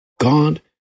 God